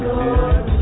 Lord